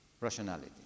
rationality